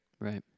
Right